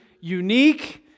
unique